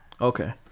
okay